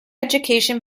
education